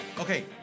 Okay